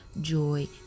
joy